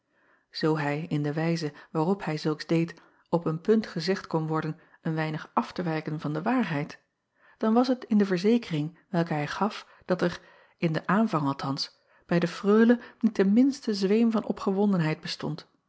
oo hij in de wijze waarop hij zulks deed op een punt gezegd kon worden een weinig af te wijken van de waarheid dan was het in de verzekering welke hij gaf dat er in den aanvang althans bij de reule niet de minste zweem van opgewondenheid bestond